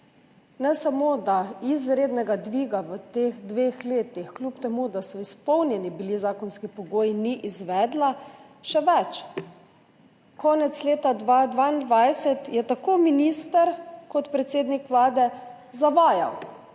ta koalicija izrednega dviga v teh dveh letih, kljub temu, da so bili izpolnjeni zakonski pogoji, ni izvedla, še več, konec leta 2022 sta tako minister kot predsednik Vlade javno